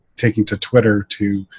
taking to twitter to.